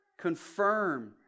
confirm